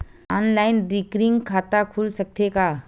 Online recurring खाता खुल सकथे का?